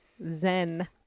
zen